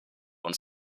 uns